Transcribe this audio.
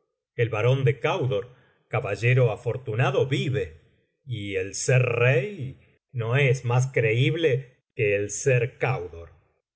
caudor elbaron de caudor caballero afortunado vive y el ser rey no es más creíble que el ser candor